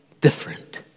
different